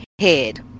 head